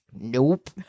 Nope